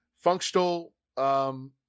Functional